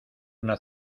una